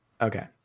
Okay